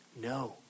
no